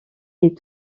est